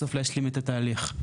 בסוף להשלים את התהליך.